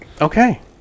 Okay